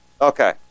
okay